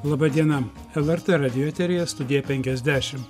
laba diena lrt radijo eteryje studija penkiasdešim